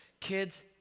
Kids